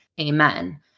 Amen